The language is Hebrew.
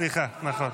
סליחה, נכון.